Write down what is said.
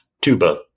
Tuba